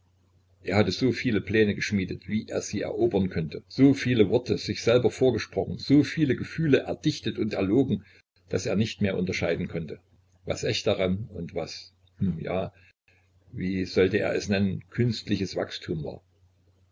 er hatte so viele pläne geschmiedet wie er sie erobern könnte so viele worte sich selber vorgesprochen so viele gefühle erdichtet und erlogen daß er nicht mehr unterscheiden konnte was echt daran und was hm ja wie sollte er es nennen künstliches wachstum war